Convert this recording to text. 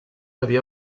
havia